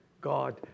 God